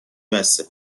بسه